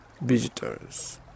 visitors